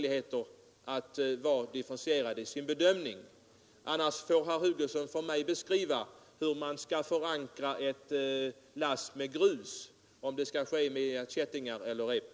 I annat fall måste herr Hugosson för mig beskriva hur man skall förankra ett lass grus — skall det ske med kättingar eller rep?